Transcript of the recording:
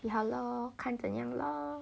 see how lor 看怎样 lor